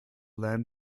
land